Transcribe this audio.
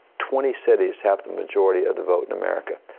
twenty cities have the majority of the vote in america.